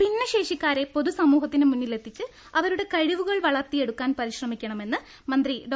ഭിന്നശേഷിക്കാരെ പൊതുസമൂഹത്തിന് മുന്നിലെത്തിച്ച് അവ രുടെ കഴിവുകൾ വളർത്തിയെടുക്കാൻ പരിശ്രമിക്കണമെന്ന് മന്ത്രി ഡോ